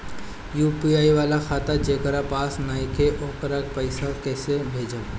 UPI वाला खाता जेकरा पास नईखे वोकरा के पईसा कैसे भेजब?